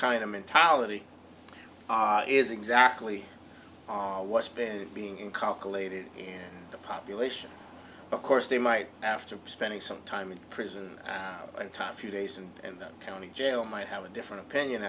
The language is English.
kind of mentality is exactly what's been being in calculated in the population of course they might after spending some time in prison time few days and in that county jail might have a different opinion